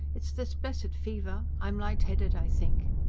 it's this blessed fever. i'm light-headed, i think.